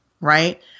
right